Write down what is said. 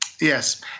Yes